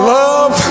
love